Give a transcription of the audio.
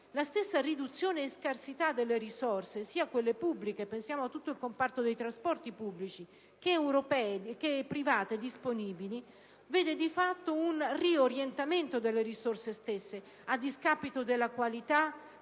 La stessa riduzione e scarsità delle risorse, sia quelle pubbliche -pensiamo a tutto il comparto dei trasporti pubblici - che private disponibili vede, di fatto, un riorientamento delle risorse stesse a discapito della qualità,